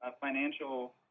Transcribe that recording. financial